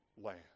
land